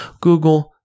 Google